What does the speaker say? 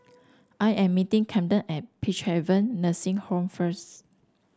I am meeting Camden at Peacehaven Nursing Home first